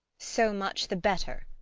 so much the better!